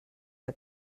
que